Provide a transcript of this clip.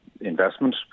investment